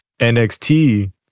NXT